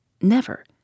Never